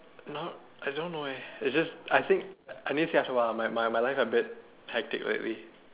no I don't know eh it's just I think I need to see a while my my my life a bit hectic lately